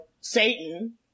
Satan